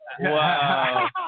Wow